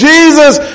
Jesus